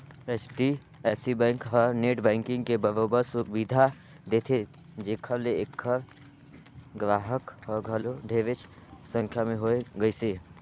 HDFC bank हर net banking के बरोबर सुबिधा देथे जेखर ले ऐखर गराहक हर घलो ढेरेच संख्या में होए गइसे